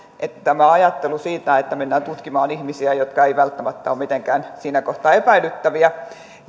tämä ajattelu siitä että mennään tutkimaan ihmisiä jotka eivät välttämättä ole mitenkään siinä kohtaa epäilyttäviä